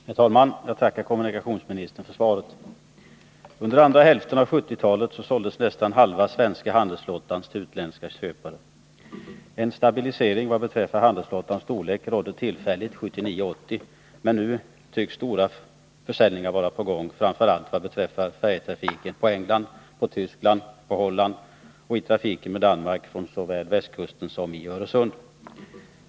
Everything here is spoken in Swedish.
Herr talman! Jag tackar kommunikationsministern för svaret. Under andra hälften av 1970-talet såldes nästan halva svenska handelsflottan till utländska köpare. En stabilisering vad beträffar handelsflottans storlek hade tillfälligt inträtt 1979-1980, men nu tycks stora försäljningar vara på gång, framför allt i fråga om färjetrafiken på England, på Tyskland, på Holland och när det gäller trafiken till Danmark från Västkusten och genom Öresund.